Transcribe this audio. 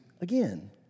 again